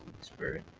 spirit